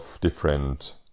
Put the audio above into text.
different